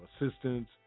assistance